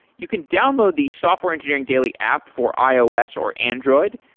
you can download the software engineering daily app for ios or android.